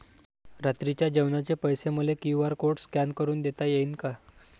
रात्रीच्या जेवणाचे पैसे मले क्यू.आर कोड स्कॅन करून देता येईन का?